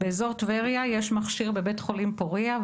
באזור טבריה יש מכשיר בבית חולים פוריה,